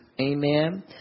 amen